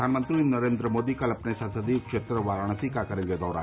प्रधानमंत्री नरेन्द्र मोदी कल अपने संसदीय क्षेत्र वाराणसी का करेंगे दौरा